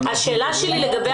השאלה שלי לגבי